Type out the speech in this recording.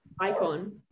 icon